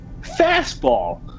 fastball